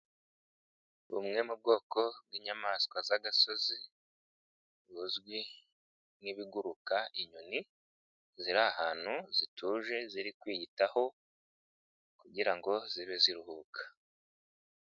Bumwe mu bwoko bw'inyamaswa z'agasozi buzwi nk'ibiguruka inyoni ziri ahantu zituje ziri kwiyitaho kugira ngo zibe ziruhuka.